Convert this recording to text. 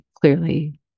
clearly